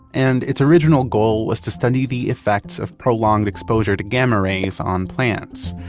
and its original goal was to study the effects of prolonged exposure to gamma rays on plants,